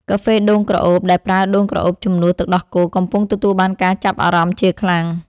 កាហ្វេដូងក្រអូប ដែលប្រើដូងក្រអូបជំនួសទឹកដោះគោ កំពុងទទួលបានការចាប់អារម្មណ៍ជាខ្លាំង។